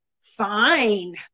Fine